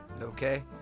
okay